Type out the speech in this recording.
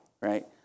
right